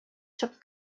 took